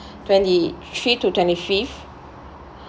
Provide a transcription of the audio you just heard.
twenty-three to twenty-fifth